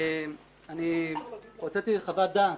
אני הוצאתי חוות דעת.